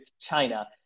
China